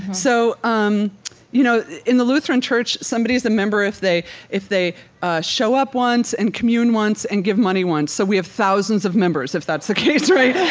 so, um you know, in the lutheran church, somebody is a member if they if they ah show up once and commune once and give money once. so we have thousands of members, if that's the case right,